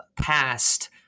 past